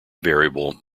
variable